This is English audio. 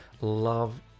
love